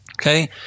Okay